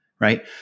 right